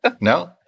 No